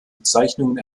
bezeichnungen